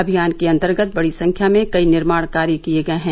अभियान के अंतर्गत बड़ी संख्या में कई निर्माण कार्य किये गये हैं